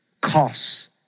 costs